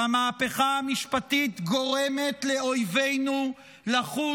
שהמהפכה המשפטית גורמת לאויבינו לחוש